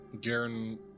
Garen